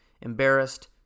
Embarrassed